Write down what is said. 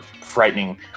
frightening